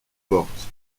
portes